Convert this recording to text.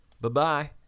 Bye-bye